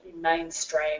mainstream